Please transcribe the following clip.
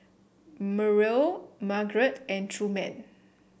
Myrle Margarett and Truman